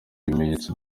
ibimenyetso